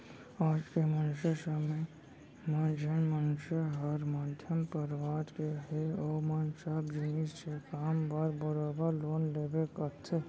आज के समे म जेन मनसे हर मध्यम परवार के हे ओमन सब जिनिस के काम बर बरोबर लोन लेबे करथे